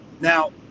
Now